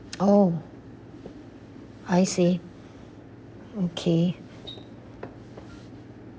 oh I see okay